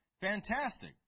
fantastic